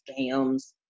scams